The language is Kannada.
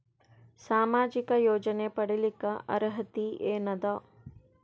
ಸಾಮಾಜಿಕ ಯೋಜನೆ ಪಡಿಲಿಕ್ಕ ಅರ್ಹತಿ ಎನದ?